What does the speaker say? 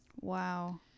Wow